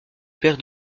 père